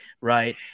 right